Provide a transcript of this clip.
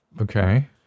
Okay